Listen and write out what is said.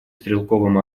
стрелковым